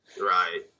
Right